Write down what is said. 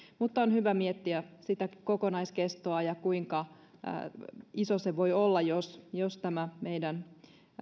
mutta on hyvä miettiä sitä kokonaiskestoa ja sitä kuinka pitkä se voi olla jos jos tämä meidän